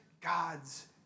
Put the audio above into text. God's